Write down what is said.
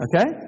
Okay